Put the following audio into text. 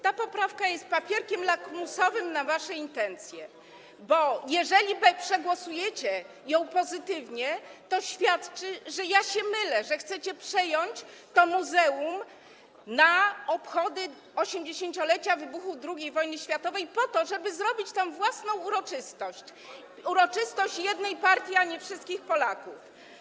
Ta poprawka jest papierkiem lakmusowym waszych intencji, bo jeżeli przegłosujecie ją pozytywnie, to świadczy, że się mylę, że chcecie przejąć to muzeum na obchody 80-lecia wybuchu II wojny światowej po to, żeby zrobić tam własną uroczystość, uroczystość jednej partii, a nie wszystkich Polaków.